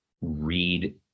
read